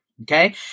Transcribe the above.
Okay